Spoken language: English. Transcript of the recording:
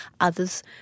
others